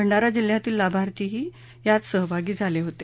भंडारा जिल्हयातील लाभार्थीही यात सहभागी झाले होते